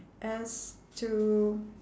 as to